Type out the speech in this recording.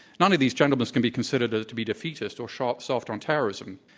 none of these gentlemen can be considered ah to be defeatist or soft soft on terrorism.